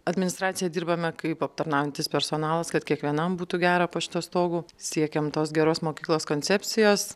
administracija dirbame kaip aptarnaujantis personalas kad kiekvienam būtų gera po šituo stogu siekiam tos geros mokyklos koncepcijos